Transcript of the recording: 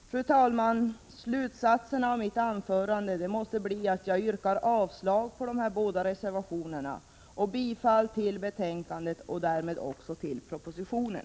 Fru talman! Slutsatserna av mitt anförande måste bli att jag yrkar avslag på dessa båda reservationer och bifall till utskottets hemställan och därmed även till propositionen.